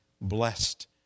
blessed